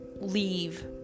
leave